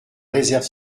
réserve